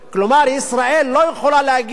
כלומר ישראל לא יכולה להגיד,